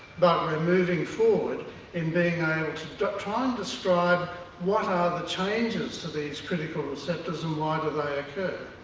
but we're moving forward in being able ah to try and describe what are the changes to these critical receptors and why do they occur.